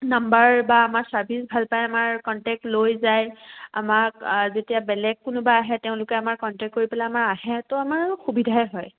number বা আমাৰ service ভাল পাই আমাৰ কণ্টেক্ট লৈ যায় আমাক যেতিয়া বেলেগ কোনোবা আহে তেওঁলোকে আমাৰ কণ্টেক্ট কৰি পেলাই আমাৰ আহে তো আমাৰো সুবিধাই হয়